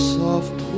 soft